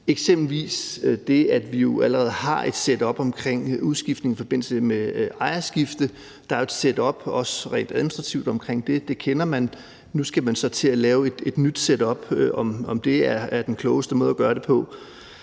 eksempelvis det, at vi jo allerede har et setup omkring udskiftning i forbindelse med ejerskifte. Der er jo et setup også rent administrativt omkring det; det kender man. Nu skal man så til at lave et nyt setup, og om det er den klogeste måde at gøre det på,